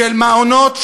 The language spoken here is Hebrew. במעונות,